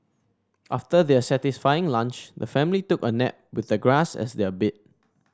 after their satisfying lunch the family took a nap with the grass as their bed